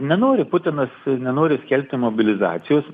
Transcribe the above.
nenori putinas nenori skelbti mobilizacijos